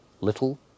little